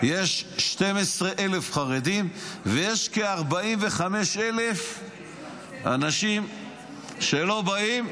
-- יש 12,000 חרדים ויש כ-45,000 אנשים שלא באים,